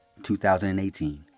2018